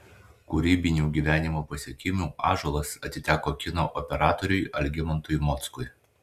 kūrybinių gyvenimo pasiekimų ąžuolas atiteko kino operatoriui algimantui mockui